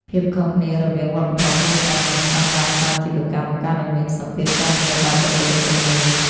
ភាពខុសគ្នារវាង "វប្បធម៌គ្រួសារ" និង "ស្ដង់ដារសាជីវកម្ម" បង្កើតឱ្យមានសម្ពាធការងារដល់បុគ្គលិកជំនាញ។